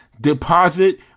deposit